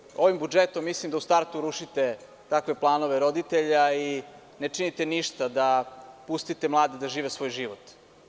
Mislim da ovim budžetom u startu rušite takve planove roditelja i ne činite ništa da pustite mlade da žive svoj život.